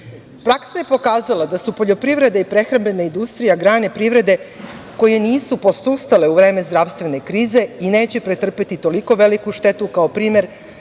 Praksa je pokazala da su poljoprivreda i prehrambena industrija, grane privrede koje nisu posustale u vreme zdravstvene krize i neće pretrpeti toliko veliku štetu, kao na primer